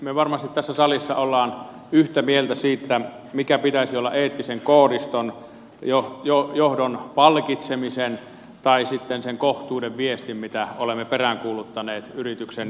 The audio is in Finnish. me varmasti tässä salissa olemme yhtä mieltä siitä mikä pitäisi olla eettisen koodiston johdon palkitsemisen tai sitten sen kohtuuden viestin mitä olemme peräänkuuluttaneet yrityksen johdolta